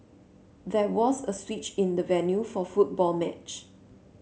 there was a switch in the venue for football match